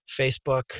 Facebook